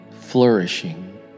flourishing